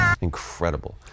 Incredible